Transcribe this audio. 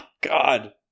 God